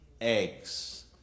eggs